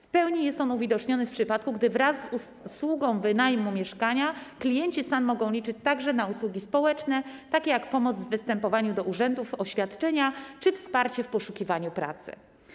W pełni jest on uwidoczniony w przypadku, gdy wraz z usługą wynajmu mieszkania klienci SAN mogą liczyć także na usługi społeczne, takie jak pomoc w występowaniu do urzędów o świadczenia czy wsparcie w poszukiwaniu pracy.